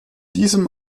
diesem